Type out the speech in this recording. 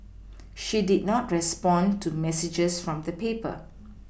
she did not respond to messages from the paper